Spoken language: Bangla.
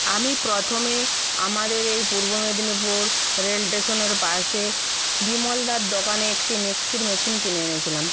আমি প্রথমে আমাদের এই পূর্ব মেদিনীপুর রেল টেশনের পাশে বিমলদার দোকানে একটি মিক্সির মেশিন কিনে এনেছিলাম